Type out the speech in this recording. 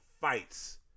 fights